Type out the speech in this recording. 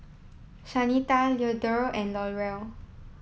Shanita Leandro and Laurel